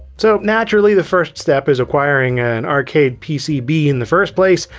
so naturally, the first step is acquiring an arcade pcb in the first place.